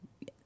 Yes